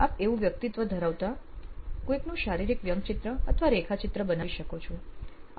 આપ એવું વ્યક્તિત્વ ધરાવતા કોઈકનું શારીરિક વ્યંગચિત્ર અથવા રેખાચિત્ર બનાવી શકો છો